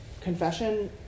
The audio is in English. confession